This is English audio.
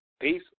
Peace